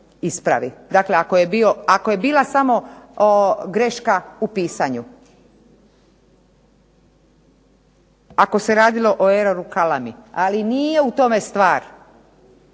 ispravi. Dakle, ako je bila samo greška u pisanju, ako se radilo o eroru …, ali nije u tome stvar.